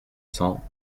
cents